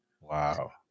Wow